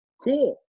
Cool